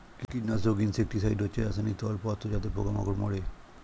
কীটনাশক ইনসেক্টিসাইড হচ্ছে রাসায়নিক তরল পদার্থ যাতে পোকা মাকড় মারে